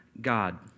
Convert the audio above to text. God